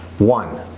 one,